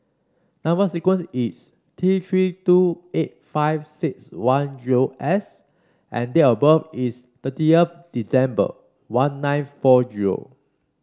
number sequence is T Three two eight five six one zero S and date of birth is thirtieth December one nine four zero